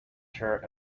shirt